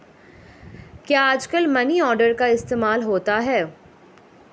क्या आजकल money order का इस्तेमाल होता है?